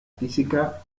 física